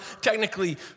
technically